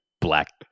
black